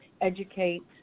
educate